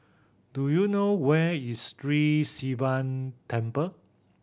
do you know where is Sri Sivan Temple